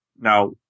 Now